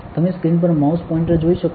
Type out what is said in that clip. તમે સ્ક્રીન પર mouse pointer જોઈ શકો છો